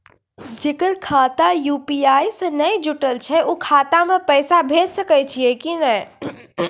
जेकर खाता यु.पी.आई से नैय जुटल छै उ खाता मे पैसा भेज सकै छियै कि नै?